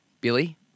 Billy